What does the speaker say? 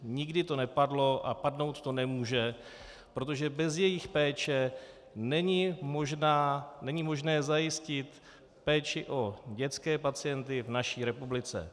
Nikdy to nepadlo a padnout to nemůže, protože bez jejich péče není možné zajistit péči o dětské pacienty v naší republice.